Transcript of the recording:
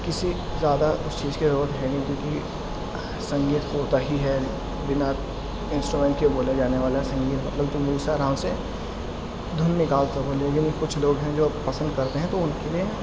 کسی زیادہ اس چیز کی ضرورت ہے نہیں کیوںکہ سنگیت ہوتا ہی ہے بنا انسٹومینٹ کے بولے جانے والا سنگیت مطلب جو منہ سے آرام سے دھن نکال سکو لیکن کچھ لوگ ہیں جو پسند کرتے ہیں تو ان کے لیے